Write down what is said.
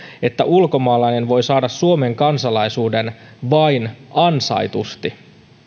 että ulkomaalainen voi saada suomen kansalaisuuden vain ansaitusti